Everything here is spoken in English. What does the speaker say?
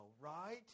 right